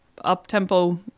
up-tempo